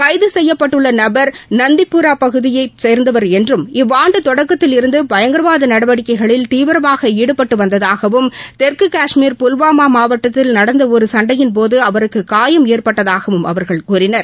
கைது செய்யப்பட்டுள்ள நபர் நத்திப்போரா பகுதியை சேர்ந்தவர் என்றும் இவ்வாண்டு தொடக்கத்தில் இருந்து பயங்கரவாத நடவடிக்கைகளில் தீவிரமாக ஈடுபட்டு வந்ததாகவும் தெற்கு காஷ்மீர் புல்வாமா மாவட்டத்தில் நடந்த ஒரு சண்டையின்போது அவருக்கு காயம் ஏற்பட்டதாகவும் அவர்கள் கூறினர்